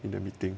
in the meeting